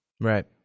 Right